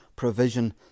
provision